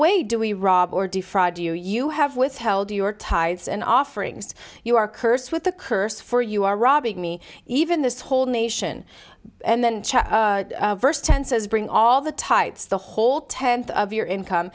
way do we rob or defraud you you have withheld your tithes and offerings you are cursed with a curse for you are robbing me even this whole nation and then verse ten says bring all the types the whole tenth of your income